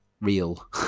real